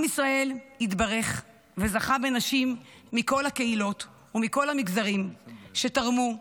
עם ישראל התברך וזכה בנשים מכל הקהילות ומכל המגזרים שתרמו,